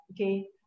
okay